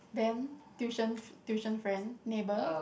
then tuition tuition friend neighbour